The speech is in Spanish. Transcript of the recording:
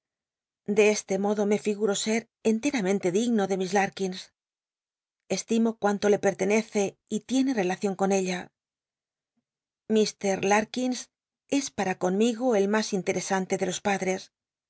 de este modo me figuto ser enteramente digno de miss larkins estimo cuanto le pet'lcncce y tiene elacion con ella mr j arkins es para conmigo el mas interesante de los paclres